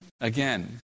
again